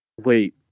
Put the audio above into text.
Wait